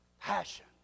passion